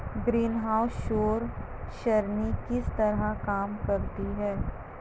greenhouse सौर सरणी किस तरह काम करते हैं